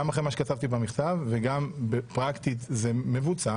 גם מאחורי מה שכתבתי במכתב, וגם פרקטית זה מבוצע.